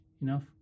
enough